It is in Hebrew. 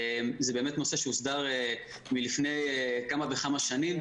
זה באמת נושא שהוסדר מלפני כמה וכמה שנים,